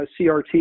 CRT